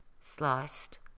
sliced